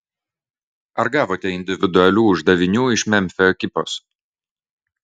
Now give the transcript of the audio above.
ar gavote individualių uždavinių iš memfio ekipos